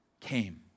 came